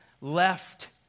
left